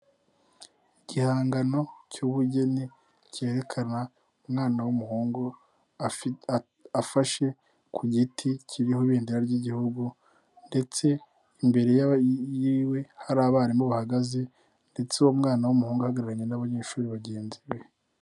Igihangano cy'ubugeni cyerekana umwana w'umuhungu afashe ku giti kiriho ibendera ry'igihugu ndetse imbere y'iwe hari abarimu bahagaze ndetse uwo mwana w'umuhungu ahagararanye n'abanyeshuri bagenzi be.